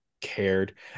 cared